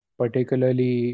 particularly